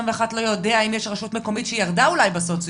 לא יודע אם יש רשות מקומית שאולי היא ירדה בסוציו.